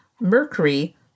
Mercury